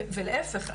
וגם להיפך,